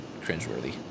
cringeworthy